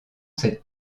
cette